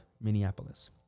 Minneapolis